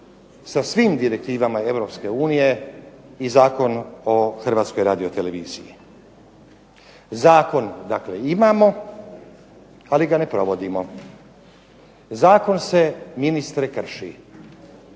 sa svim direktivama Europske unije je Zakon o Hrvatskoj radio-televiziji. Zakon dakle imamo ali ga ne provodimo. Zakon se ministre krši.